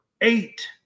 eight